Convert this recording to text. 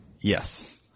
Yes